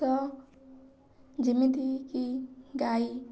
ତ ଯେମିତିକି ଗାଈ